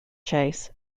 chase